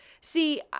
See